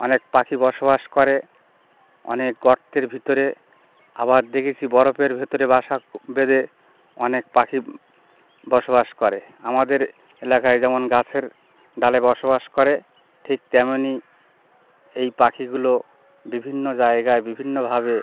অনেক পাখি বসবাস করে অনেক গর্তের ভিতরে আবার দেখেচি বরফের ভেতরে বাসা কো বেঁধে অনেক পাখি বসবাস করে আমাদের এলাকায় যেমন গাছের ডালে বসবাস করে ঠিক তেমনি এই পাখিগুলো বিভিন্ন জায়গায় বিভিন্নভাবে